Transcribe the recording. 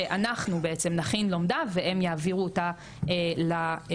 שאנחנו נכין לומדה והם יעבירו אותה לצוות,